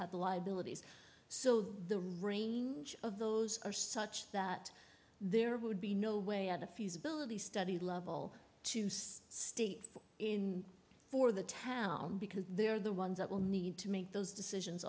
have the liabilities so the range of those are such that there would be no way out a fuse ability study level to see states in for the town because they're the ones that will need to make those decisions